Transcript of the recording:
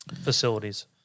facilities